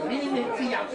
מי בעד העברת הצעת